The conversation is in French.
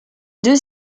deux